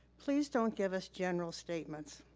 please don't give us general statements.